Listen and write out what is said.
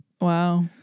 wow